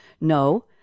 no